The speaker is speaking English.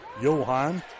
johan